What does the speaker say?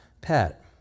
pet